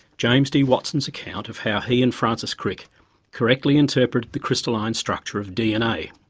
james d watson's account of how he and francis crick correctly interpreted the crystalline structure of dna.